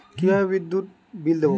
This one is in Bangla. কিভাবে বিদ্যুৎ বিল দেবো?